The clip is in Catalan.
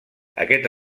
aquest